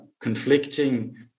conflicting